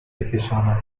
بکشاند